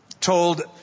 told